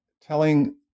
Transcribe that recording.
telling